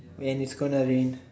man it's gonna rain